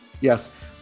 yes